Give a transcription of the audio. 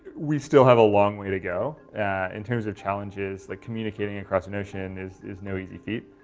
we still have a long way to go in terms of challenges that communicating across a nation is is no easy feat.